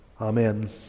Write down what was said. Amen